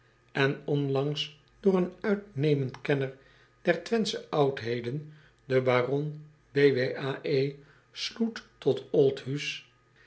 en onlangs door een uitnemend kenner der wenthsche oudheden den baron loet tot